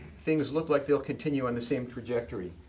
things look like they'll continue on the same trajectory.